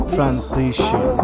Transition